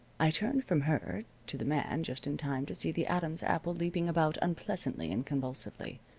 i turned from her to the man just in time to see the adam's apple leaping about unpleasantly and convulsively.